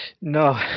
No